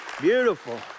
Beautiful